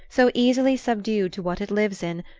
so easily subdued to what it lives in,